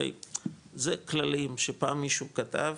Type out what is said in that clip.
זה כללים שפעם מישהו כתב